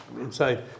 inside